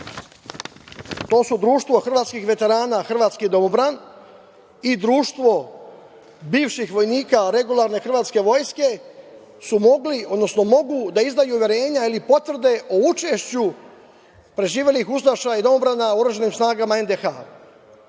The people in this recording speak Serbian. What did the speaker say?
to su Društvo hrvatskih veterana hrvatski domobran i Društvo bivših vojnika regularne hrvatske vojske, su mogli, odnosno mogu da izdaju uverenja ili potvrde o učešću preživelih ustaša i domobrana u oružanim snagama NDH.